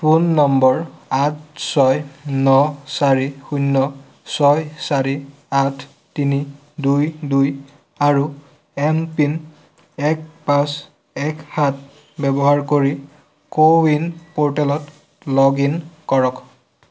phone নম্বৰ আঠ ছয় ন চাৰি শূন্য ছয় চাৰি আঠ তিনি দুই দুই আৰু এমপিন এক পাঁচ এক সাত ব্যৱহাৰ কৰি কো ৱিন প'ৰ্টেলত লগ ইন কৰক